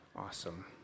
Awesome